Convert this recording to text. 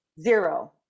Zero